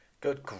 Good